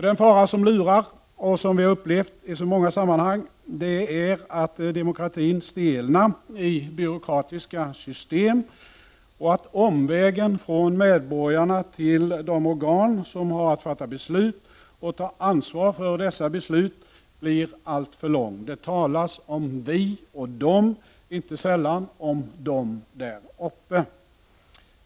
Den fara som lurar och som vi i så många sammanhang har upplevt är att demokratin stelnar i byråkratiska system, att omvägen från medborgarna till de organ som har att fatta beslut och ta ansvar för dessa beslut blir alltför lång. Det talas om ”vi” och ”de”, och inte sällan om ”de där uppe”.